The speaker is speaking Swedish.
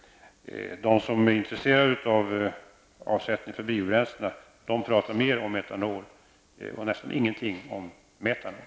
De som är intresserade av avsättning för biobränslen talar mycket om etanolen men nästan ingenting om metanol.